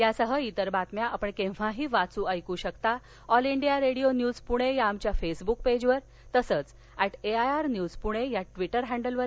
यासह इतर बातम्या आपण केव्हाही वाच् ऐक शकता all India radio news Pune या आमच्या फेसबुक पेजवर तसंच at A I R news Pune या ट्विटर हॅंडलवर